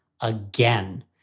again